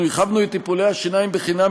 אנחנו הרחבנו את טיפולי השיניים בחינם